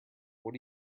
what